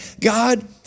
God